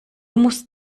musst